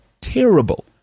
Terrible